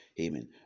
Amen